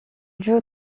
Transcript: joue